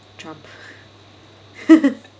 trump